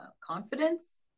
Confidence